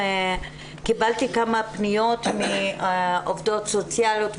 קיבלתי כמה פניות מעובדות סוציאליות,